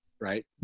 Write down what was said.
right